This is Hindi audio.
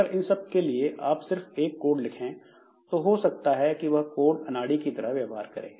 अगर इन सब के लिए आप सिर्फ एक कोड लिखें तो हो सकता है कि कोड अनाड़ी की तरह व्यवहार करें